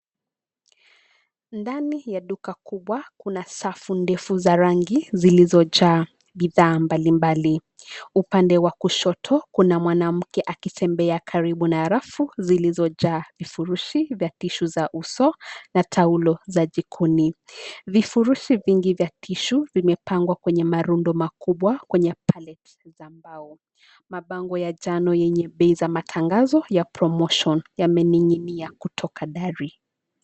Ndani ya duka kubwa kuna safu ndefu za rangi zilizojaa bidhaa mbalimbali. Upande wa kushoto kuna mwanamke akitembea karibu na rafu zilizojaa vifurushi vya tissue za uso na taulo za jikoni. Vifurushi vingi vya tissue vimepangwa kwenye marundo makubwa kwenye palette za mbao. Mabango ya njano yenye bei za matangazo ya promotion yamening'inia kutoka dari.